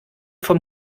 vom